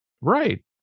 Right